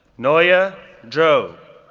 nuoya zhou,